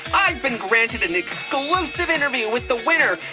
i've been granted an exclusive interview with the winner,